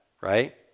right